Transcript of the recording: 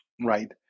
Right